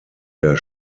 der